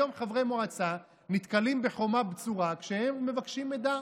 היום חברי מועצה נתקלים בחומה בצורה כשהם מבקשים מידע.